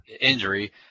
injury